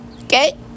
Okay